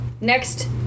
Next